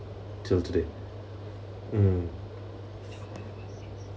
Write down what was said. till today mm